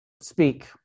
speak